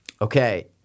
Okay